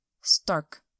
stark